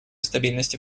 стабильности